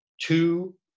two